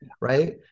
right